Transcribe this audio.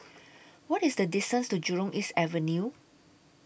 What IS The distance to Jurong East Avenue